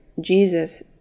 Jesus